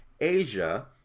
Asia